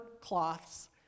cloths